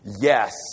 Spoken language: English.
Yes